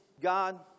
God